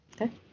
Okay